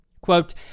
Quote